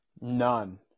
None